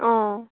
অঁ